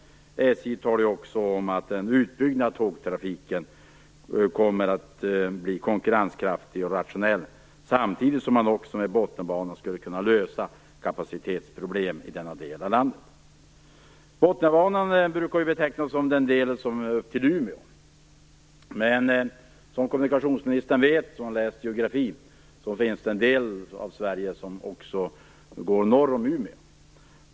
Från SJ uttalas också att en utbyggnad av tågtrafiken kommer att bli konkurrenskraftig och rationell, samtidigt som man med Botniabanan skulle kunna lösa kapacitetsproblem i denna del av landet. Botniabanan brukar betecknas som den bandel som sträcker sig upp till Umeå, men kommunikationsministern, som har läst geografi, vet att det finns en del av Sverige också norr om Umeå.